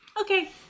Okay